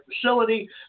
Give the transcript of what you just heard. facility